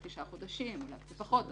אולי קצת פחות.